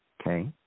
Okay